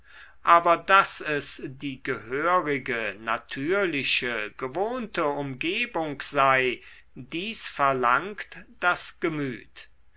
aber daß es die gehörige natürliche gewohnte umgebung sei dies verlangt das gemüt